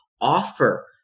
offer